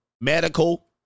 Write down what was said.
Medical